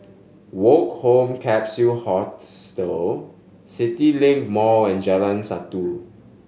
Woke Home Capsule Hostel CityLink Mall and Jalan Satu